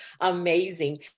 amazing